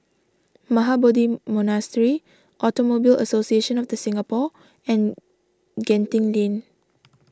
Mahabodhi Monastery Automobile Association of the Singapore and Genting Lane